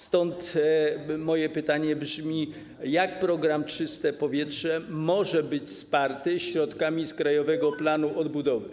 Stąd moje pytanie brzmi, jak program ˝Czyste powietrze˝ może być wsparty środkami z Krajowego Planu Odbudowy?